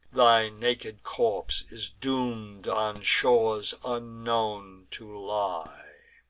thy naked corpse is doom'd on shores unknown to lie.